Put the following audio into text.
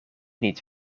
niet